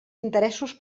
interessos